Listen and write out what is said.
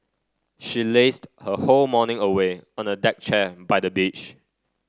she lazed her whole morning away on a deck chair by the beach